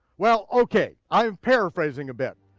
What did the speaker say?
well, okay, i'm paraphrasing a bit.